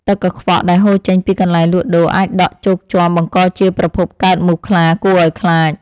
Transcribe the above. ទឹកកខ្វក់ដែលហូរចេញពីកន្លែងលក់ដូរអាចដក់ជោកជាំបង្កជាប្រភពកកើតមូសខ្លាគួរឱ្យខ្លាច។